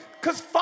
cause